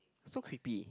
so creepy